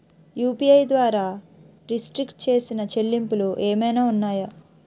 UPI ద్వారా restrict చేసిన చెల్లింపులు ఏమైనా ఉన్నాయా?